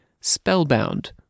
Spellbound